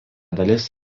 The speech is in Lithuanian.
dalis